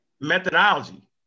methodology